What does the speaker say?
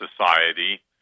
society